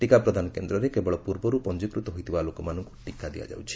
ଟିକା ପ୍ରଦାନ କେନ୍ଦ୍ରରେ କେବଳ ପୂର୍ବରୁ ପଞ୍ଜିକୃତ ହୋଇଥିବା ଲୋକମାନଙ୍କୁ ଟିକା ଦିଆଯାଉଛି